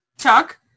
Chuck